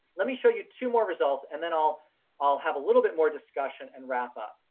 let me show you two more results and then i'll i'll have a little bit more discussion and wrap up.